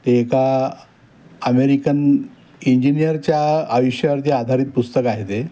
ते एका अमेरिकन इंजिनियरच्या आयुष्यावरती आधारित पुस्तक आहे ते